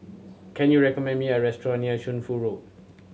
can you recommend me a restaurant near Shunfu Road